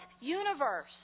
universe